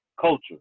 culture